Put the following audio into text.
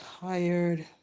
tired